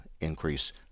increase